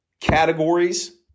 categories